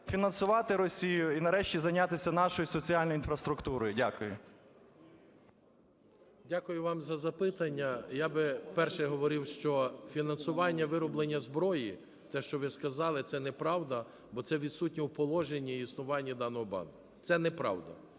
фінансувати Росію і, нарешті, зайнятися нашою соціальною інфраструктурою. Дякую. 10:41:41 КУБІВ С.І. Дякую вам за запитання. Я би, перше, говорив, що фінансування вироблення зброї, те, що висказали, це неправда, бо це відсутнє в положенні і існуванні даного банку. Це неправда.